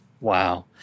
Wow